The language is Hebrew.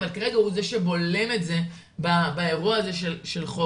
אבל כרגע הוא זה שבולם את זה באירוע הזה של החוק.